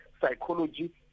psychology